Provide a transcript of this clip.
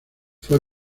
fue